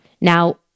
Now